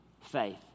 faith